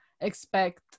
expect